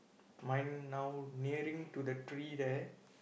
mine now nearing to the tree there